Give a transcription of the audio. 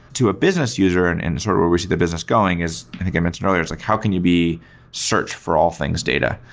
to a business user and and sort of where we see the business going is i think i mentioned earlier, is like how can you be search for all things data?